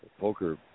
poker